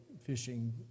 fishing